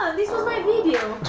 and this was my video.